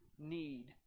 Need